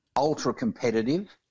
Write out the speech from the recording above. ultra-competitive